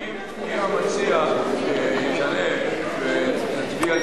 אם המציע ישנה ונצביע על